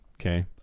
Okay